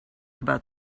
about